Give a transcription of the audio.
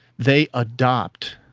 they adopt